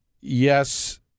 yes